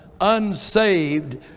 unsaved